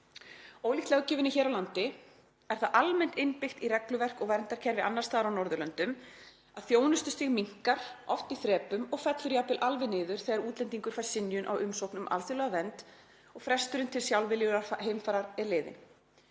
„Ólíkt löggjöfinni hér á landi er það almennt innbyggt í regluverk og verndarkerfi annars staðar á Norðurlöndum að þjónustustig minnkar, oft í þrepum, og fellur jafnvel alveg niður þegar útlendingur fær synjun á umsókn um alþjóðlega vernd og fresturinn til sjálfviljugrar heimfarar er liðinn.